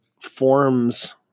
Forms